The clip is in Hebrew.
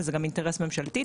וזה גם אינטרס ממשלתי,